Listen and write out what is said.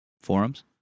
forums